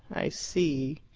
i see.